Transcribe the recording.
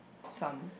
some